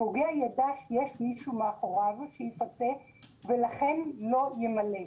הפוגע יידע שיש מישהו מאחוריו שיפצה ולכן לא ימלט.